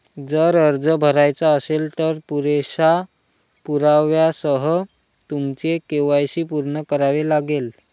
जर अर्ज भरायचा असेल, तर पुरेशा पुराव्यासह तुमचे के.वाय.सी पूर्ण करावे लागेल